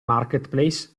marketplace